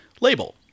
label